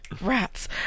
Rats